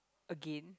again